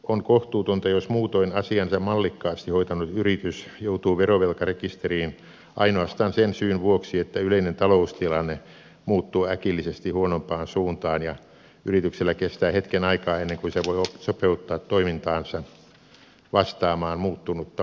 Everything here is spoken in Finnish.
on kohtuutonta jos muutoin asiansa mallikkaasti hoitanut yritys joutuu verovelkarekisteriin ainoastaan sen syyn vuoksi että yleinen taloustilanne muuttuu äkillisesti huonompaan suuntaan ja yrityksellä kestää hetken aikaa ennen kuin se voi sopeuttaa toimintansa vastaamaan muuttunutta markkinatilannetta